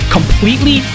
Completely